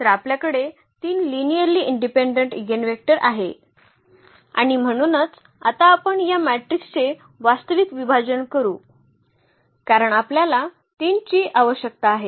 तर आपल्याकडे 3 linearly independent eigenvector आहे आणि म्हणूनच आता आपण या मॅट्रिक्सचे वास्तविक विभाजन करू कारण आपल्याला 3 ची आवश्यकता आहे